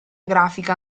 grafica